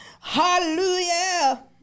Hallelujah